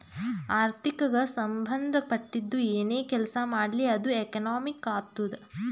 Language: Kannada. ಆರ್ಥಿಕಗ್ ಸಂಭಂದ ಪಟ್ಟಿದ್ದು ಏನೇ ಕೆಲಸಾ ಮಾಡ್ಲಿ ಅದು ಎಕನಾಮಿಕ್ ಆತ್ತುದ್